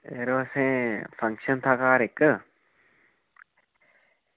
यरो असें फंक्शन था घर इक्क